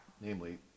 namely